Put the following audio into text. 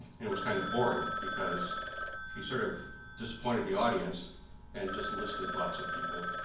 and it was kind of boring because he sort of disappointed the audience and just listed lots of people.